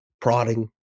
prodding